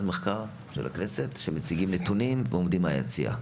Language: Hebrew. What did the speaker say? מחקר של הכנסת שמציגים נתונים ועומדים מהיציע.